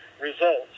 results